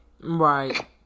Right